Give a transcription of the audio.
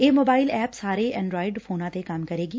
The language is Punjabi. ਇਹ ਮੋਬਾਈਲ ਐਪ ਸਾਰੇ ਐਨਰਾਇਡ ਫੋਨਾ ਤੇ ਕੰਮ ਕਰੇਗੀ